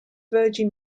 virgin